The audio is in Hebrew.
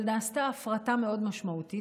אבל נעשתה הפרטה מאוד משמעותית.